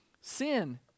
sin